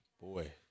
Boy